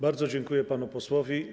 Bardzo dziękuję panu posłowi.